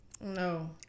No